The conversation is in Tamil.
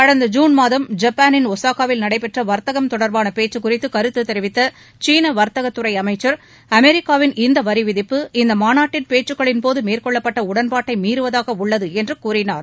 கடந்த ஜுன் மாதம் ஜப்பானின் ஒசாகாவில் நடைபெற்ற வர்த்தகம் தொடர்பாள பேச்சு குறித்து கருத்து தெரிவித்த சீன வர்த்தகத்துறை அமைச்சர் அமெரிக்காவின் இந்த வரி விதிட்டு இந்த மாநட்டின் பேச்சுக்களின் போது மேற்கொள்ளப்பட்ட உடன்பாட்டை மீறுவதாக உள்ளது என்று கூறினார்